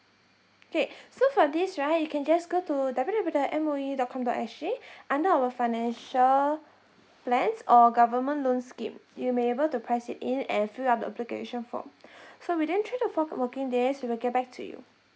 okay so for this right you can just go to W W dot M O E dot com dot S G under our financial plans or government loan scheme you may able to press it in and fill up the application form so within three to four working days we will get back to you